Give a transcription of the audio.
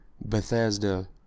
Bethesda